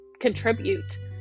contribute